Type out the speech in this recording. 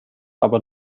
aber